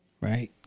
right